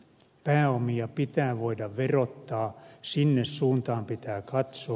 pääomia pitää voida verottaa sinne suuntaan pitää katsoa